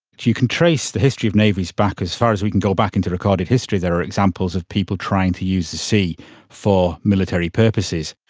you can trace the history of navies back, as far as we can go back into recorded history there are examples of people trying to use the sea for military purposes.